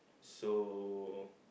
so